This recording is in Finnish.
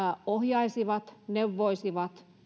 ohjaisivat neuvoisivat